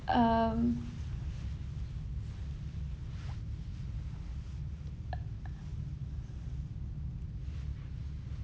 um